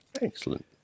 Excellent